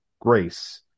grace